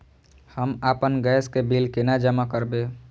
हम आपन गैस के बिल केना जमा करबे?